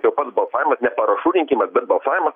jo pats balsavimas ne parašų rinkimas bet balsavimas